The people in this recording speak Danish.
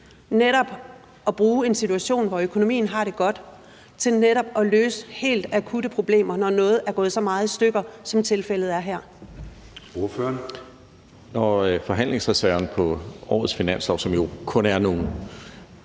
mening at bruge en situation, hvor økonomien har det godt, til netop at løse helt akutte problemer, når noget er gået så meget i stykker, som tilfældet er her?